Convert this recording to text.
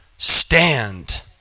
Stand